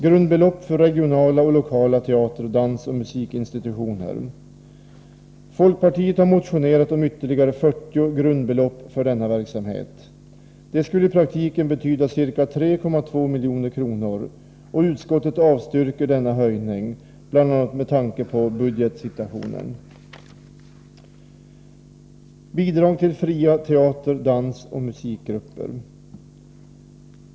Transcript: Grundbelopp för regionala och lokala teater-, dansoch musikinstitutioner Folkpartiet har motionerat om ytterligare 40 grundbelopp för denna verksamhet. Detta skulle i praktiken betyda ca 3,2 milj.kr., och utskottet avstyrker denna höjning, bl.a. med tanke på budgetsituationen.